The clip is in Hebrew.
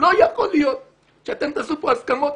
לא יכול להיות שאתם תעשו פה הסכמות